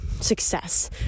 success